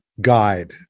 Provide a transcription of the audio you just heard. guide